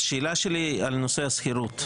השאלה שלי היא על נושא השכירות,